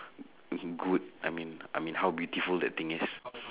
good I mean I mean how beautiful that thing is